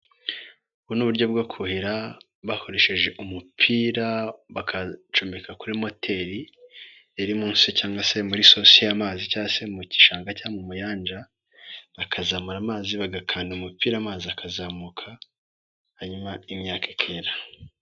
Ubu n'uburyo bwo kuhira, bakoresheje umupira, bakacomeka kuri moteri iri munsi cyangwa se muri sose y'amazi cya se mu gishanga cyo mu muyanja, bakazamura amazi bagakanda umupira amazi akazamuka, hanyuma imyaka ikera.